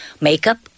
makeup